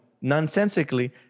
nonsensically